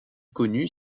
connut